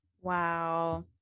Wow